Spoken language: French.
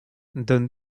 donne